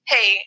Hey